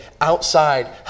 outside